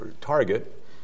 target